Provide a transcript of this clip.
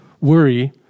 worry